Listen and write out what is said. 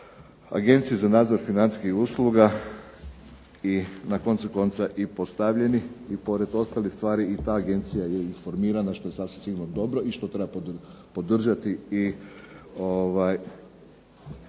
agenciji za nadzor financijskih usluga i na koncu konca i postavljeni i pored ostalih stvari i ta agencija je informirana što je sasvim sigurno dobro i što treba podržati i